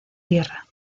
tierra